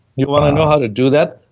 you wanna know how to do that?